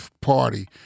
party